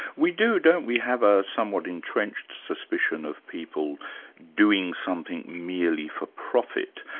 we do, don't we, have a somewhat entrenched suspicion of people doing something merely for profit.